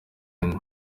henry